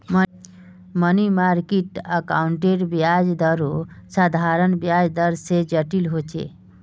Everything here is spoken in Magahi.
मनी मार्किट अकाउंटेर ब्याज दरो साधारण ब्याज दर से जटिल होचे